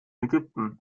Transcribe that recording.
ägypten